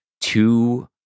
two